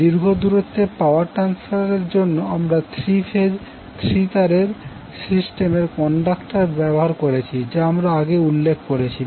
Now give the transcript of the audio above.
দীর্ঘ দূরত্বে power transfer এর জন্য আমরা থ্রি ফেজ থ্রি তারের সিস্টেমের কন্ডাক্টর ব্যবহার করেছি যা আমরা আগেই উল্লেখ করেছি